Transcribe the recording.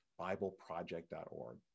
Bibleproject.org